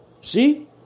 see